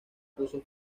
puso